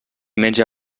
menja